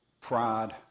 pride